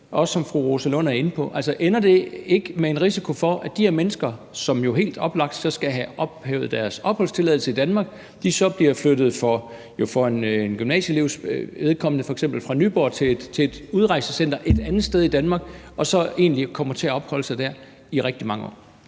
også fru Rosa Lund er inde på, om det ikke ender med en risiko for, at de her mennesker, som jo helt oplagt skal have ophævet deres opholdstilladelse i Danmark, så bliver flyttet – for en gymnasieelevs vedkommende f.eks. – fra Nyborg til et udrejsecenter et andet sted i Danmark og så egentlig kommer til at opholde sig der i rigtig mange år?